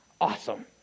awesome